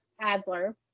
Adler